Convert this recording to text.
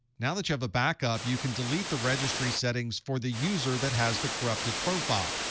now that you have a backup, you can delete the registry settings for the user that has the corrupted profile.